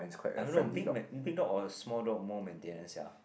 I don't know big big dog or a small dog more maintenance sia